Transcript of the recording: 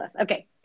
Okay